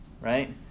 right